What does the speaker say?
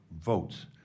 votes